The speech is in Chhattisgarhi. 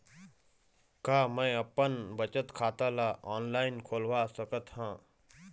का मैं अपन बचत खाता ला ऑनलाइन खोलवा सकत ह?